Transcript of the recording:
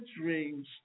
dreams